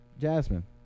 Jasmine